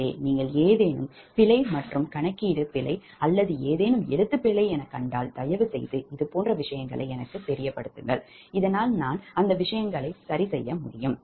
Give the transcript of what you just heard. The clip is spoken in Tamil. எனவே நீங்கள் ஏதேனும் பிழை மற்றும் கணக்கீட்டுப் பிழை அல்லது ஏதேனும் எழுத்து பிழை என கண்டால் தயவு செய்து இதுபோன்ற விஷயங்களை எனக்குத் தெரியப்படுத்துங்கள் இதனால் நான் அந்த விஷயங்களை சரி செய்ய முடியும்